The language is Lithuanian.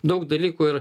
daug dalykų ir